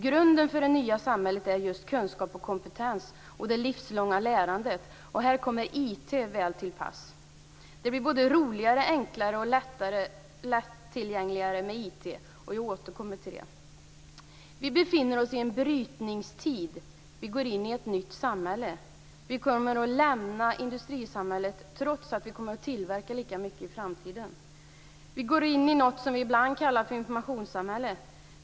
Grunden för det nya samhället är just kunskap och kompetens och det livslånga lärandet, och här kommer IT väl till pass. Det blir både roligare, enklare och lättillgängligare med IT, och jag återkommer till det. Vi befinner oss i en brytningstid. Vi går in i ett nytt samhälle. Vi kommer att lämna industrisamhället, trots att vi kommer att tillverka lika mycket i framtiden. Vi går in i det som ibland kallas informationssamhälle.